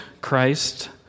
Christ